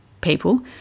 people